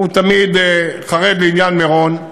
הוא תמיד חרד בעניין מירון,